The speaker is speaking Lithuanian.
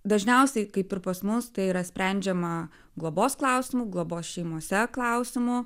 dažniausiai kaip ir pas mus tai yra sprendžiama globos klausimu globos šeimose klausimu